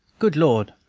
good lord,